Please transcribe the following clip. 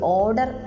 order